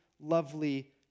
lovely